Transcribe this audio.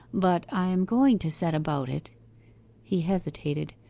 but i am going to set about it he hesitated,